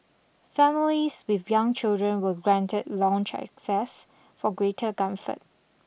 families with young children were granted lounge access for greater comfort